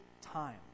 time